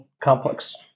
complex